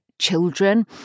Children